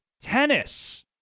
tennis